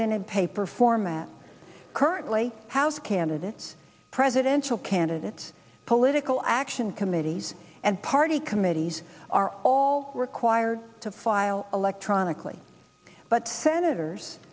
than in paper format currently house candidates presidential candidates political action committees and party committees are all required to file electronically but senators